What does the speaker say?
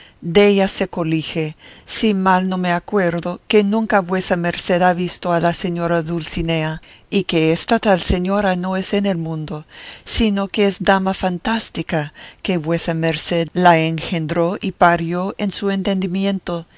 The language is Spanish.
de las gentes della se colige si mal no me acuerdo que nunca vuesa merced ha visto a la señora dulcinea y que esta tal señora no es en el mundo sino que es dama fantástica que vuesa merced la engendró y parió en su entendimiento